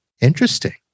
interesting